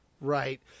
right